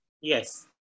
Yes